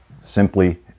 simply